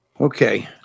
Okay